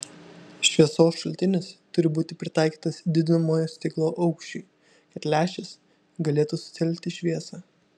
šviesos šaltinis turi būti pritaikytas didinamojo stiklo aukščiui kad lęšis galėtų sutelkti šviesą